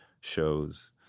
shows